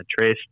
Trace